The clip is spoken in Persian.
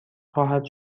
خواهد